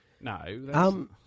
No